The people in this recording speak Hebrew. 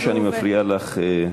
סליחה שאני מפריע לך.